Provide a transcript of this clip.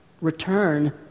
Return